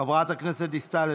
חברת הכנסת דיסטל,